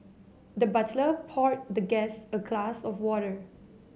the butler poured the guest a glass of water